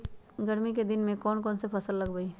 गर्मी के दिन में कौन कौन फसल लगबई?